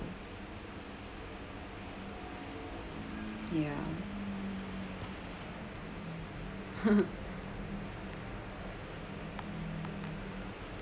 ya